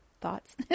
thoughts